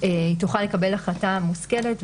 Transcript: כדי שהיא תוכל לקבל החלטה מושכלת,